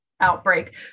outbreak